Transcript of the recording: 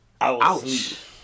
Ouch